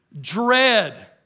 Dread